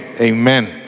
Amen